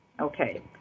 Okay